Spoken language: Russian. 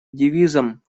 девизом